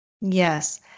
Yes